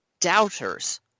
doubters